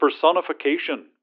personification